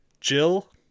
Jill